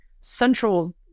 central